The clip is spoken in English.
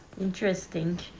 Interesting